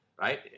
right